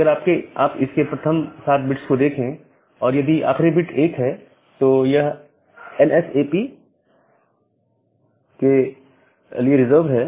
अगर आप इसके प्रथम 7 बिट्स को देखें और यदि आखरी बिट 1 है तो यह एनएसएपी के लिए रिजर्व है